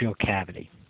cavity